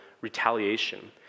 retaliation